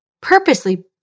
purposely